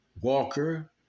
Walker